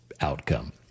outcome